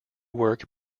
work